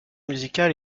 musicale